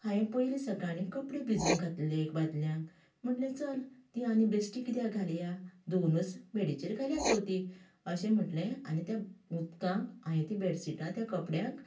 हांयेन पयलें सकाळीं कपडे भिजोवंक घातले एक बादल्यान म्हटलें चल तीं आनी बेश्टीं कित्याक घालया धुंवनूच बेडीचेर घालया चवथीक अशें म्हटलें आनी त्या उदकान हांयेन तीं बेडशीटां त्या कपड्यांक